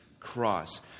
Cross